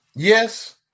Yes